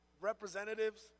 representatives